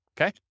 Okay